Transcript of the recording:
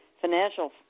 financial